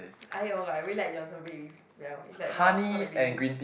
!aiyo! like I very like Johnson-Baby smell is like !wow! smell like baby